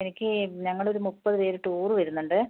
എനിക്ക് ഞങ്ങളൊരു മുപ്പതുപേർ ടൂർ വരുന്നുണ്ട്